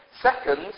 Second